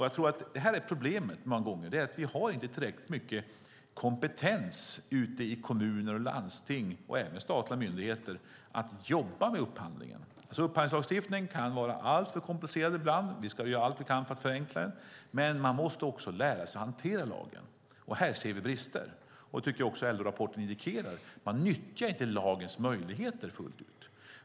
Jag tror att problemet många gånger är att det inte finns tillräckligt mycket kompetens ute i kommuner, i landsting och även i statliga myndigheter när det gäller att jobba med upphandling. Upphandlingslagstiftningen kan vara alltför komplicerad ibland. Vi ska göra allt vi kan för att förenkla den. Men man måste också lära sig att hantera lagen, och här ser vi brister. Det tycker jag också att LO-rapporten indikerar. Man nyttjar inte lagens möjligheter fullt ut.